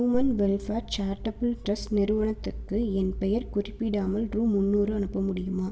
human welfare charitable trust நிறுவனத்துக்கு என் பெயர் குறிப்பிடாமல் ரூ முந்நூறு அனுப்ப முடியுமா